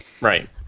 right